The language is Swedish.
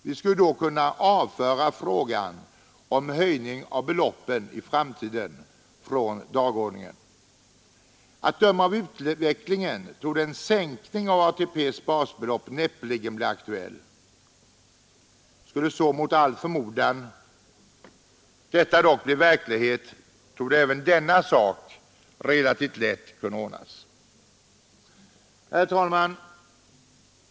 Då skulle vi kunna avföra frågan om höjning av beloppen i framtiden från dagordningen. Att döma av utvecklingen torde någon sänkning av ATP:s basbelopp näppeligen bli aktuell. Skulle så mot all förmodan bli fallet, torde även det relativt lätt kunna ordnas. Herr talman!